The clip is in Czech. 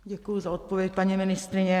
Děkuji za odpověď, paní ministryně.